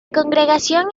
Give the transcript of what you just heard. congregación